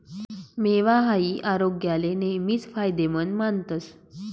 मेवा हाई आरोग्याले नेहमीच फायदेमंद मानतस